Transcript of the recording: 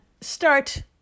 start